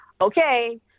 okay